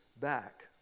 back